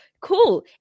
cool